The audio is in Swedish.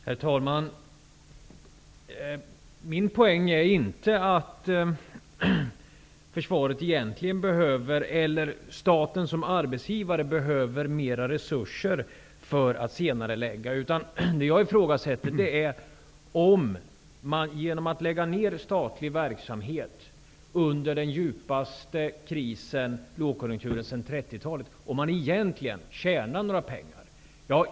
Herr talman! Min poäng är inte att staten som arbetsgivare behöver mer resurser för att senarelägga. Det jag ifrågasätter är om man genom att lägga ner statlig verksamhet, under den djupaste lågkonjunkturen sedan 30-talet, egentligen tjänar några pengar.